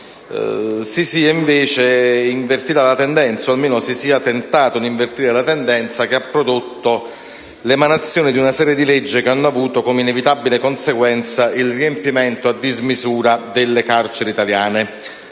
si sia invertita o che, almeno, si sia tentato di invertire la tendenza che ha prodotto l'emanazione di una serie di leggi che hanno avuto come inevitabile conseguenza il riempimento a dismisura delle carceri italiane